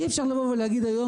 אי אפשר לבוא ולהגיד היום,